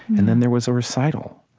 and then there was a recital,